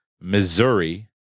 Missouri